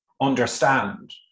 understand